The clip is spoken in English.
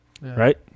right